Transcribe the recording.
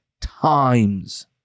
times